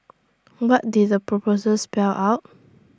what did the proposal spell out